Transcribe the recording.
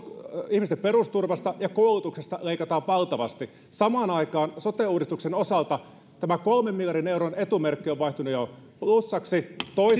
ihmisten perusturvasta ja koulutuksesta leikataan valtavasti ja samaan aikaan sote uudistuksen osalta tämä kolmen miljardin euron etumerkki on vaihtunut jo plussaksi toisaalta